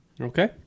Okay